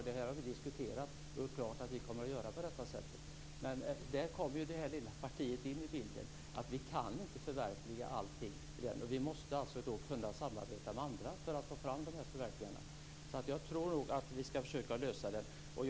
Det här har vi diskuterat, och vi har gjort klart att vi kommer att göra på detta sätt. Men där kommer det faktum att vi är ett litet parti in i bilden. Vi kan inte förverkliga allting. Vi måste kunna samarbeta med andra för att få fram dessa förverkliganden. Jag tror att vi ska försöka att lösa problemet.